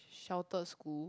sheltered school